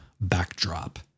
backdrop